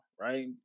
right